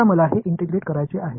आता मला हे इंटिग्रेट करायचे आहे